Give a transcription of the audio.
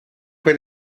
fue